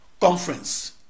conference